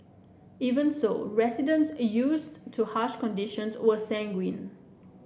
even so residents used to harsh conditions were sanguine